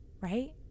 right